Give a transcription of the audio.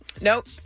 Nope